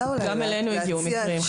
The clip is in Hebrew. גם אלינו הגיעו מקרים.